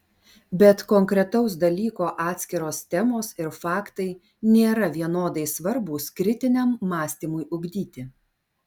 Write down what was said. bet konkretaus dalyko atskiros temos ir faktai nėra vienodai svarbūs kritiniam mąstymui ugdyti